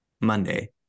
Monday